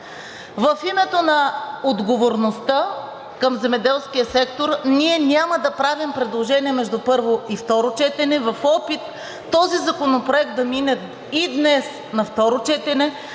В името на отговорността към земеделския сектор ние няма да правим предложение между първо и второ четене в опит този законопроект да мине и днес на второ четене,